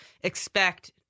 expect